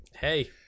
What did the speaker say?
Hey